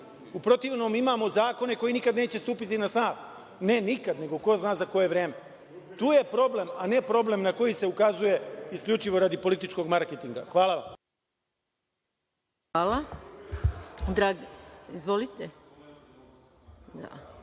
U protivnom imamo zakone koji nikad neće stupiti na snagu, ne nikad, nego ko zna za koje vreme. Tu je problem, a ne problem na koji se ukazuje isključivo radi političkog marketinga. Hvala. **Maja Gojković**